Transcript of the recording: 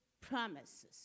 promises